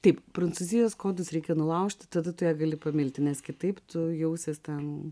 taip prancūzijos kodus reikia nulaužti tada tu ją gali pamilti nes kitaip tu jausies ten